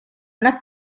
una